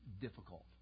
difficult